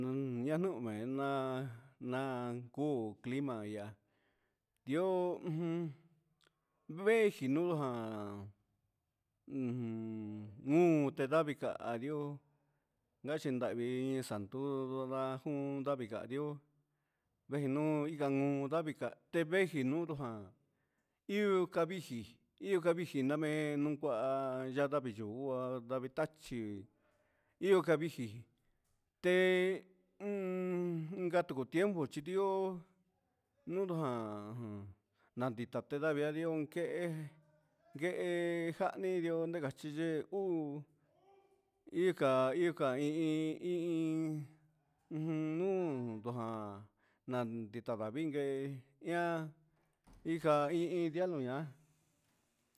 Un yanuu mena'a, na kuu clima ya'á ihó ujun veti nujan nuu tedavii ka ihó, yachindavii jakuno ndajun davii janiún, tevigui niundu jan, ihó kaviji ihó kaviji ndamen no kuá ya ndavii yu uháa ndavii tachí ihó kavichi té ngatu tiempo chidi'ó nujan uun naditan ndavii ihó kee kee jani ndio ngachiyi ndio uu, ika ika i iin iin, un ndu tujan nan ndita ndavii ngue ian inka ndeian, nuña'a.